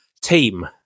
team